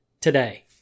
today